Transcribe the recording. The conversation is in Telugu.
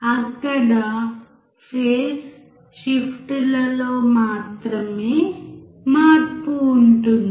అక్కడ ఫేస్ షిఫ్టు లలో మాత్రమే మార్పు ఉంటుంది